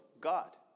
God